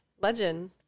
legend